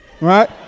Right